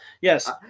yes